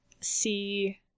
see